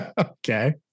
okay